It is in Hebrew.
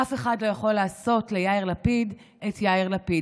אף אחד לא יכול לעשות ליאיר לפיד את יאיר לפיד.